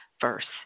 first